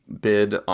bid